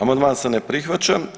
Amandman se ne prihvaća.